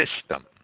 system